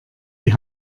die